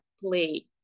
play